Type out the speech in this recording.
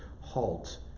halt